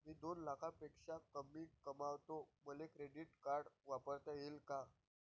मी दोन लाखापेक्षा कमी कमावतो, मले क्रेडिट कार्ड वापरता येईन का?